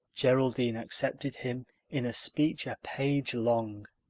geraldine accepted him in a speech a page long.